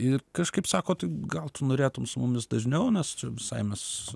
ir kažkaip sako tai gal tu norėtum su mumis dažniau nes čia visai mes